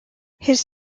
his